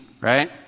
right